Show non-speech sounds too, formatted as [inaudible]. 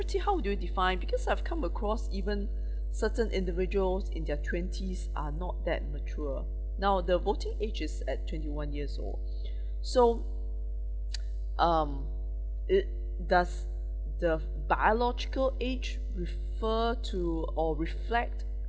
how do you define because I've come across even certain individuals in their twenties are not that mature now the voting age is at twenty one years old [breath] so [noise] um it does the biological age refer to or reflect